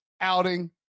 outing